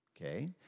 okay